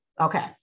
Okay